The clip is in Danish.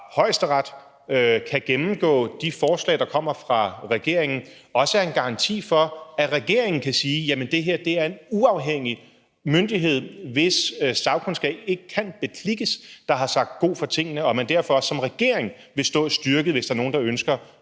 højesteret kan gennemgå de forslag, der kommer fra regeringen, også er en garanti for, at regeringen kan sige, at det her er en uafhængig myndighed, hvis sagkundskab ikke kan beklikkes, der har sagt god for tingene, og at man derfor som regering vil stå styrket, hvis der er nogen, der ønsker